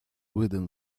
within